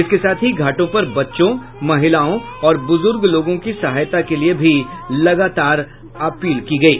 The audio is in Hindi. इसके साथ ही घाटों पर बच्चों महिलाओं और बुजुर्ग लोगों की सहायता के लिए भी लगातार अपील की गयी